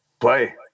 play